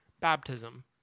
baptism